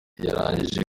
yarangije